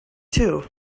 too